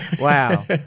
Wow